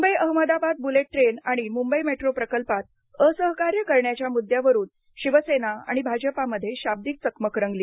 Mumbai Ahmedabad bullet train आणि Mumbai metro प्रकल्पात असहकार्य करण्याच्या मुद्द्यावरून शिवसेना आणि भाजपामध्ये शाब्दिक चकमक रंगली